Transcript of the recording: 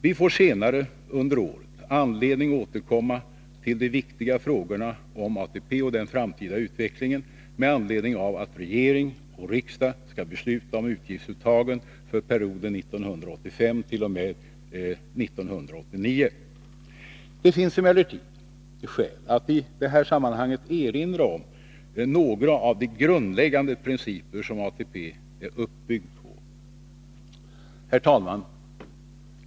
Vi får senare under året anledning återkomma till de viktiga frågorna om ATP och den framtida utvecklingen med anledning av att regering och riksdag skall besluta om utgiftsuttagen för perioden 1985 t.o.m. 1989. Det finns emellertid skäl att i detta sammanhang erinra om några av de grundläggande principer som ATP är uppbyggd på. Herr talman!